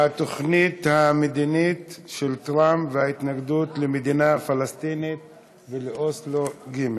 התוכנית המדינית של טראמפ וההתנגדות למדינה פלסטינית ולאוסלו ג'.